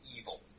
evil